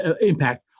impact